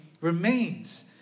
remains